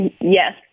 Yes